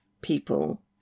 people